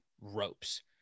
ropes